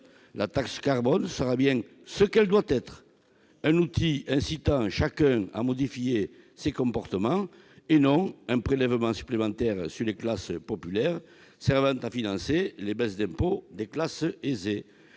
la taxe carbone sera bien ce qu'elle doit être : un outil incitant chacun à modifier ses comportements, et non un prélèvement supplémentaire sur les classes populaires servant à financer les baisses d'impôts des classes aisées,